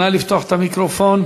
נא לפתוח את המיקרופון.